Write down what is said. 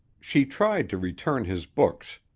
she tried to return his books,